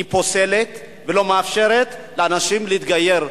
היא פוסלת ולא מאפשרת לאנשים להתגייר.